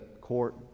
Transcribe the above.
court